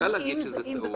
קל להגיד שזה טעות.